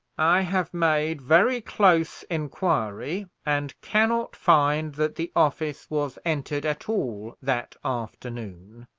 i have made very close inquiry, and cannot find that the office was entered at all that afternoon,